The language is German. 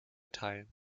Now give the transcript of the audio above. teilen